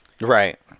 Right